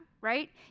right